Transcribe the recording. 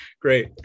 Great